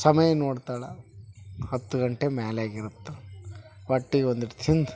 ಸಮಯ ನೋಡ್ತಾಳೆ ಹತ್ತು ಗಂಟೆ ಮೇಲಾಗಿರತ್ತೆ ಹೊಟ್ಟಿಗೆ ಒಂದಿಷ್ಟ್ ತಿಂದು